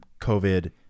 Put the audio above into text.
covid